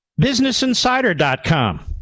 Businessinsider.com